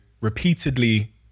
repeatedly